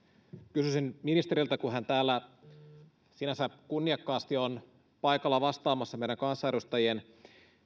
kysyisin ministeriltä kun hän täällä sinänsä kunniakkaasti on paikalla vastaamassa meidän kansanedustajien